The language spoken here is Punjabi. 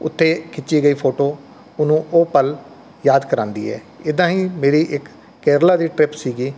ਉੱਥੇ ਖਿੱਚੀ ਗਈ ਫੋਟੋ ਉਹਨੂੰ ਉਹ ਪਲ ਯਾਦ ਕਰਾਉਂਦੀ ਹੈ ਇੱਦਾਂ ਹੀ ਮੇਰੀ ਇੱਕ ਕੇਰਲਾ ਦੀ ਟ੍ਰਿਪ ਸੀਗੀ